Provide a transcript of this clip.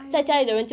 !aiyo!